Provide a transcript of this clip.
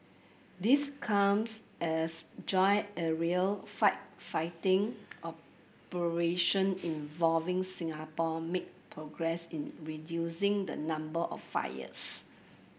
this comes as joint aerial firefighting operation involving Singapore made progress in reducing the number of fires